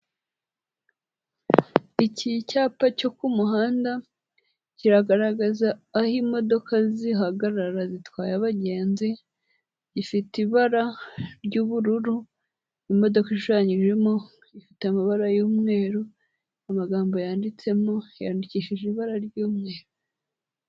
Iki cyapa cyo ku muhanda kiragaragaza aho imodoka zihagarara zitwaye abagenzi, gifite ibara ry'ubururu, imodoka ishushanyijemo ifite amabara y'umweru, amagambo yanditsemo yandikishije ibara ry'umweru.